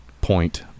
point